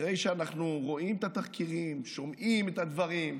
אחרי שאנחנו רואים את התחקירים, שומעים את הדברים,